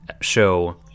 show